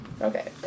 Okay